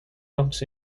comes